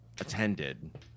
attended